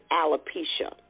alopecia